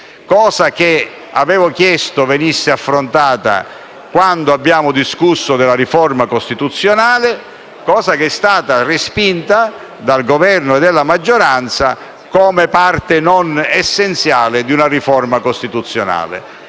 tema che avevo chiesto venisse affrontato quando abbiamo discusso della riforma costituzionale; richiesta che è stata respinta dal Governo e dalla maggioranza come parte non essenziale di una riforma costituzionale.